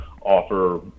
offer